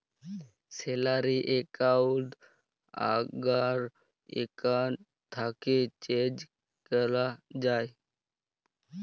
salary account আগ্কার account থ্যাকে change ক্যরা যায়